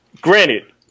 Granted